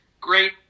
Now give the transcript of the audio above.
great